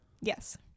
Yes